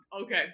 okay